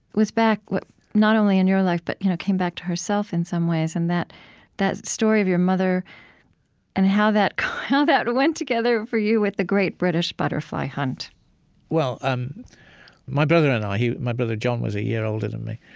was back, but not only in your life but you know came back to herself in some ways and that that story of your mother and how that how that went together, for you, with the great british butterfly hunt well, um my brother and i my brother, john, was a year older than me,